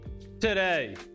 today